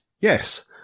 Yes